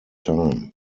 time